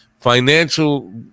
financial